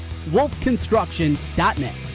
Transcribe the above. wolfconstruction.net